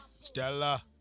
Stella